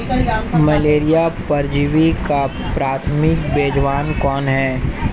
Malaria परजीवी का प्राथमिक मेजबान कौन है?